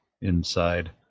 inside